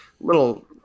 little